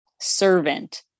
servant